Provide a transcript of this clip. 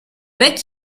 bec